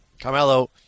Carmelo